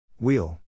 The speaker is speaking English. Wheel